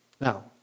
Now